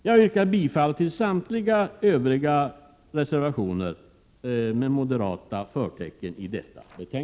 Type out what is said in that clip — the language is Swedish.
Jag yrkar bifall till samtliga reservationer med moderata förtecken.